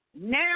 Now